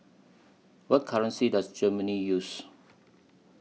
What currency Does Germany use